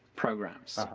programs.